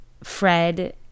Fred